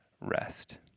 rest